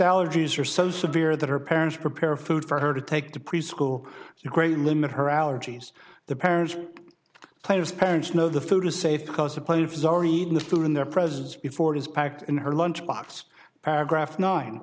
allergies are so severe that her parents prepare food for her to take to preschool ukraine limit her allergies the parents players parents know the food is safe because the popes are eating the food in their presence before it is packed in her lunch box paragraph nine